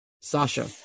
Sasha